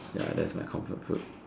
ya that's my comfort food